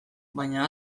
baina